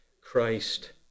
Christ